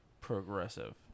progressive